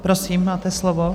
Prosím, máte slovo.